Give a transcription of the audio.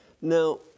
Now